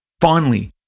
fondly